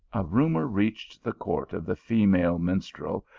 a rumour reached the court of the female minstrel,